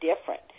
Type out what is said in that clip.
different